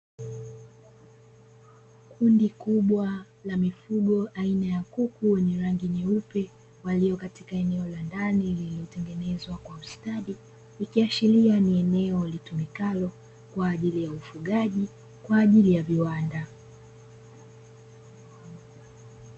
Kundi kubwa la mifugo aina ya kuku wenye rangi nyeupe walio katika eneo la ndani lililotengenezwa kwa ustadi, ikiashiria ni eneo litumikalo kwa ajili ya ufugaji kwa ajili ya viwanda.